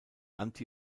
anti